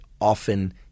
often